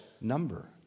number